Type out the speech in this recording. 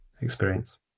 experience